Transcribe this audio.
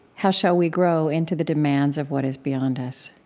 how shall we grow into the demands of what is beyond us?